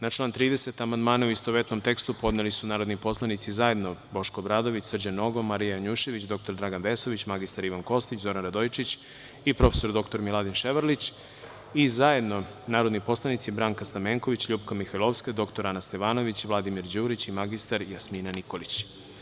Na član 30. amandmane, u istovetnom tekstu, podneli su narodni poslanici Boško Obradović, Srđan Nogo, Marija Janjušević, dr Dragan Vesović, mr Ivan Kostić, Zoran Radojičić i prof. dr Miladin Ševarlić i zajedno Branka Stamenković, LJupka Mihajloviska, dr Ana Stevanović, Vladimir Đurić i mr Jasmina Nikolić.